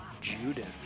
Judith